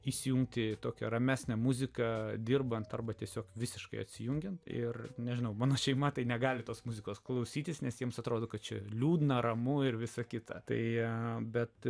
įsijungti tokią ramesnę muziką dirbant arba tiesiog visiškai atsijungiant ir nežinau mano šeima tai negali tos muzikos klausytis nes jiems atrodo kad čia liūdna ramu ir visa kita tai ne bet